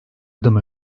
adım